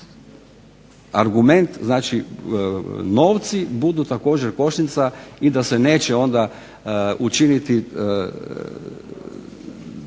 argument, znači novci budu također kočnica i da se neće onda učiniti,